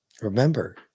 Remember